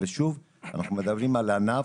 ושוב: אנחנו מדברים על ענף